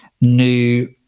new